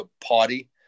party